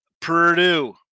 Purdue